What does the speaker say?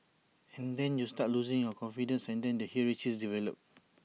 and then you start losing your confidence and then the hierarchies develop